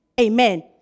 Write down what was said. Amen